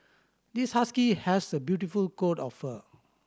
this husky has a beautiful coat of fur